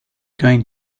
going